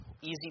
easy